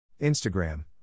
Instagram